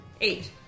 Eight